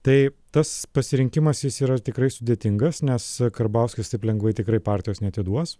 tai tas pasirinkimas jis yra tikrai sudėtingas nes karbauskis taip lengvai tikrai partijos neatiduos